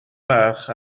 ferch